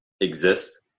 exist